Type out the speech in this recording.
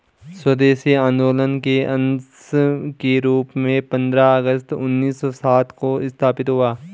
स्वदेशी आंदोलन के अंश के रूप में पंद्रह अगस्त उन्नीस सौ सात को स्थापित हुआ